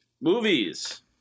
Movies